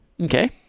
Okay